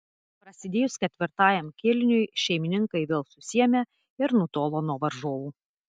prasidėjus ketvirtajam kėliniui šeimininkai vėl susiėmė ir nutolo nuo varžovų